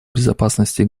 безопасности